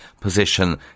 position